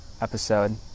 episode